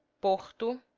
botar.